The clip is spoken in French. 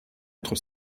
entre